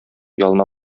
ялына